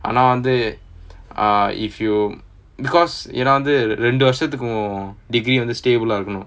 ஆனா வந்து:aanaa vanthu ah if you because ஏனா அந்த ரெண்டு வருஷத்துக்கு உன்:yaenaa anthu rendu varushathukku un degree வந்து:vanthu stable eh இருக்கனும்:irukkanum